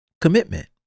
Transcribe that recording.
commitment